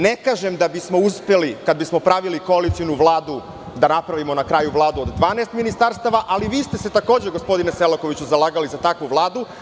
Ne kažem da bismo uspeli, kada bismo pravili koalicionu vladu, da napravimo na kraju vladu od 12 ministarstava, ali vi ste se takođe, gospodine Selakoviću, zalagali za takvu vladu.